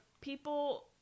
people